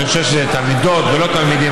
ואני חושב שזה תלמידות ולא תלמידים,